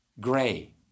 gray